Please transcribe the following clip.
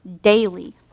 daily